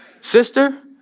sister